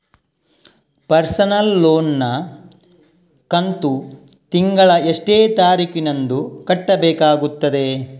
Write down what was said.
Personal loan ನ ಕಂತು ತಿಂಗಳ ಎಷ್ಟೇ ತಾರೀಕಿನಂದು ಕಟ್ಟಬೇಕಾಗುತ್ತದೆ?